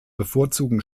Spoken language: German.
bevorzugen